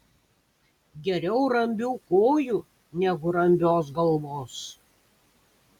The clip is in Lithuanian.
geriau rambių kojų negu rambios galvos